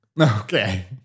Okay